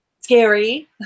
scary